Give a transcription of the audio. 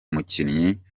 mukinnyi